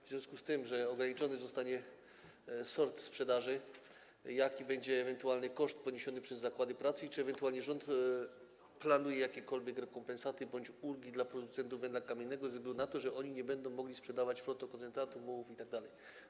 W związku z tym, że ograniczony zostanie sort sprzedaży, jaki będzie ewentualny koszt tego ponoszony przez zakłady pracy i czy ewentualnie rząd planuje jakiekolwiek rekompensaty bądź ulgi dla producentów węgla kamiennego ze względu na to, że nie będą mogli sprzedawać flotokoncentratów, mułów itd.